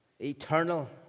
Eternal